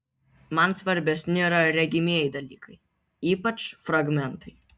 man svarbesni yra regimieji dalykai ypač fragmentai